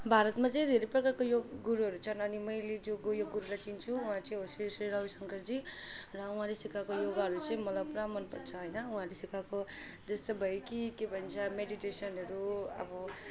भारतमा चाहिँ धेरै प्रकारको योग गुरुहरू छन् अनि मैले जो योग गुरुलाई चिन्छु उहाँ चाहिँ हो श्री श्री रविशङ्कर जी र उहाँले सिकाएको योगाहरू चाहिँ मलाई पुरा मनपर्छ होइन उहाँले सिकाएको जस्तै भयो कि के भन्छ मेडिटेसनहरू अब